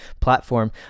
platform